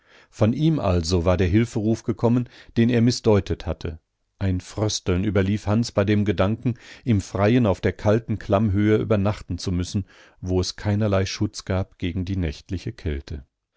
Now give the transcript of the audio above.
von ihm also war der hilferuf gekommen den er mißdeutet hatte ein frösteln überlief hans bei dem gedanken im freien auf der kalten klammhöhe übernachten zu müssen wo es keinerlei schutz gab gegen die nächtliche kälte